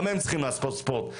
גם הם צריכים לעשות ספורט.